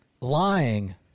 lying